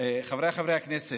חבריי חברי הכנסת,